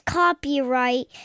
copyright